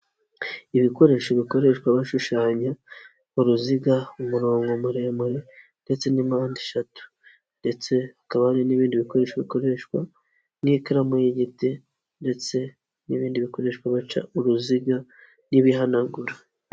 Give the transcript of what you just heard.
Ibikoresho bikoreshwa bashushanya uruziga, umurongo muremure ndetse n'impande eshatu ndetse hakaba hari n'ibindi bikoresho bikoreshwa n'ikaramu y'igiti ndetse n'ibindi bikoreshwa baca uruziga n'ibihanagura.